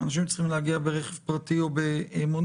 אנשים צריכים להגיע ברכב פרטי או במונית.